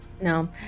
No